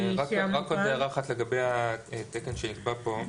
רק עוד הערה אחת לגבי התקן שנקבע פה.